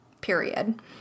Period